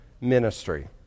ministry